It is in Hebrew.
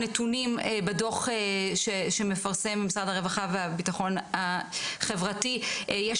לפי הנתונים בדוח שמפרסם ממשרד הרווחה והביטחון החברתי יש